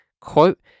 Quote